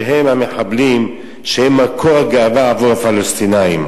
שהם המחבלים, שהם מקור הגאווה עבור הפלסטינים.